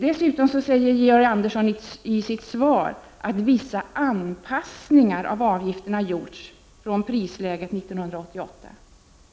Dessutom säger Georg Andersson i sitt svar att ”vissa anpassningar” av avgifterna gjorts från prisläget sommaren 1988.